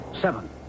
Seven